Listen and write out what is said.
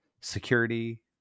security